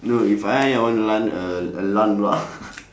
no if I I want land uh a lung lock